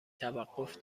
توقف